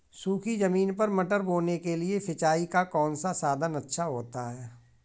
सूखी ज़मीन पर मटर बोने के लिए सिंचाई का कौन सा साधन अच्छा होता है?